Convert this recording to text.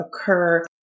occur